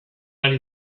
ari